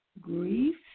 grief